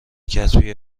کتبی